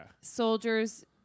soldiers